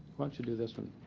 why don't you do this one,